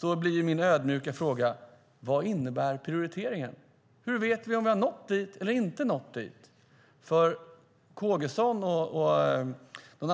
Då blir min ödmjuka fråga: Vad innebär prioriteringen? Hur vet vi om vi har nått dit eller inte? Per Kågeson och